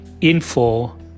info